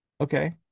Okay